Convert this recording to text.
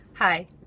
Hi